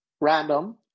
random